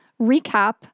recap